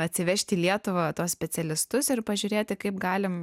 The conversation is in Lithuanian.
atsivežt į lietuvą tuos specialistus ir pažiūrėti kaip galim